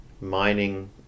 mining